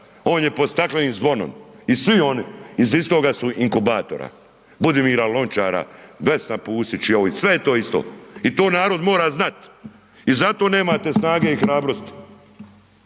on je pod staklenim zvonom i svi oni iz istoga su inkubatora, Budimira Lončara, Vesna Pusić i ovi, sve je to isto. I to narod mora znat. I zato nemate snage i hrabrosti